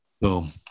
Boom